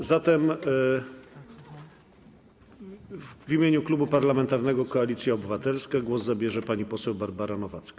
A zatem w imieniu Klubu Parlamentarnego Koalicja Obywatelska głos zabierze pani poseł Barbara Nowacka.